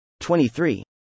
23